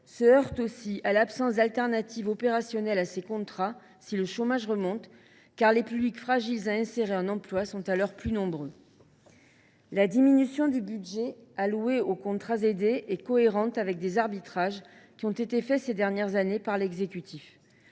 se heurte aussi à l’absence d’alternative opérationnelle à ces contrats si le chômage remonte, car les publics fragiles à insérer en emploi sont alors plus nombreux. » La diminution du budget alloué aux contrats aidés est cohérente avec les arbitrages qui ont été faits ces dernières années par l’exécutif